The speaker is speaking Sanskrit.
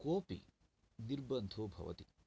कोऽपि निर्बन्धो भवति